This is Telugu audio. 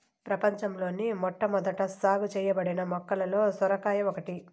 ప్రపంచంలోని మొట్టమొదట సాగు చేయబడిన మొక్కలలో సొరకాయ ఒకటి